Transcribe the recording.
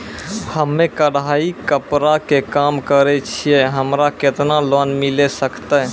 हम्मे कढ़ाई कपड़ा के काम करे छियै, हमरा केतना लोन मिले सकते?